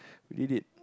we did it